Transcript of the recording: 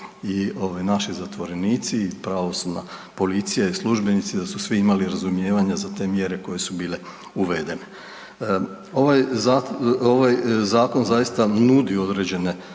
naši zatvorenici i pravosudna policija i službenici, da su svi imali razumijevanja za te mjere koje su bile uvedene. Ovaj zakon zaista nudi određene